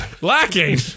Lacking